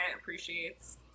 appreciates